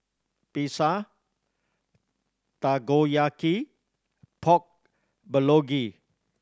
Pizza Takoyaki Pork Bulgogi